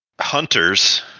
hunters